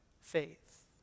faith